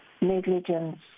negligence